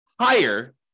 higher